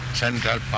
central